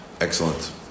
Excellent